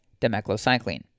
demeclocycline